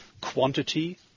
quantity